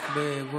רק לא בווליום.